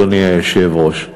אדוני היושב-ראש.